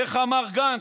איך אמר גנץ?